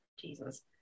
Jesus